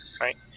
right